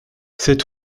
cet